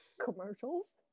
commercials